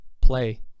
play